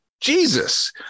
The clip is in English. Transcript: Jesus